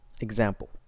example